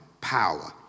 power